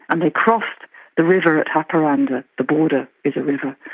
and they crossed the river at haparana, the the border is a river.